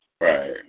Right